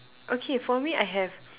okay for me I have